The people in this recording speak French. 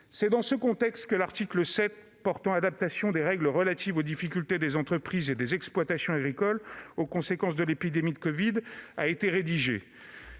C'est dans ce contexte que l'article 7 portant adaptation des règles relatives aux difficultés des entreprises et des exploitations agricoles aux conséquences de l'épidémie de covid-19 a été rédigé.